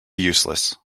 useless